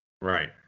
Right